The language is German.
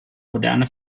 moderne